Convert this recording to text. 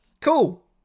Cool